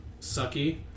sucky